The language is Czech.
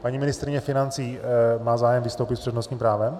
Paní ministryně financí má zájem vystoupit s přednostním právem?